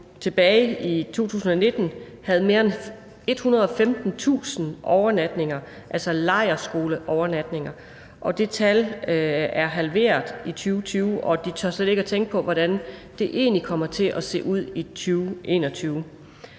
tilbage i 2019 havde mere end 115.000 overnatninger, altså lejrskoleovernatninger, og det tal er halveret i 2020, og de tør slet ikke tænke på, hvordan det egentlig kommer til at se ud i 2021.